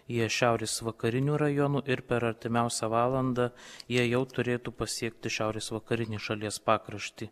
jie šiaurės vakarinių rajonų ir per artimiausią valandą jie jau turėtų pasiekti šiaurės vakarinį šalies pakraštį